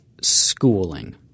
schooling